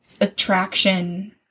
attraction